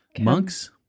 monks